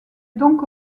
donc